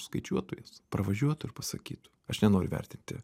skaičiuotų jas pravažiuotų ir pasakytų aš nenoriu vertinti